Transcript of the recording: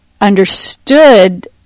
understood